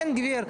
בן גביר,